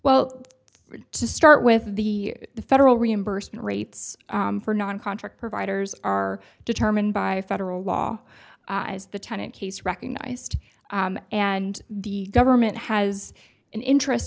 well to start with the federal reimbursement rates for non contract providers are determined by federal law as the tenant case recognised and the government has an interest